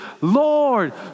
Lord